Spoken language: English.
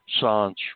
science